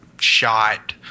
shot